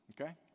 okay